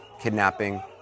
kidnapping